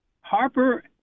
Harper